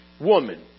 woman